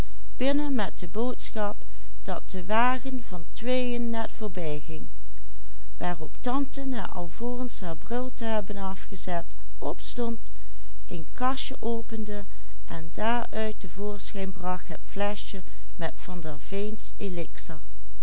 bril te hebben afgezet opstond een kastje opende en daaruit te voorschijn bracht en fleschje met van der